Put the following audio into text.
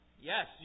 Yes